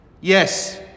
Yes